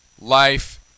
life